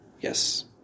Yes